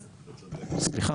סליחה.